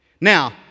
Now